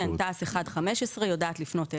תע"ס 1.15, יודעת לפנות אלי,